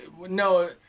No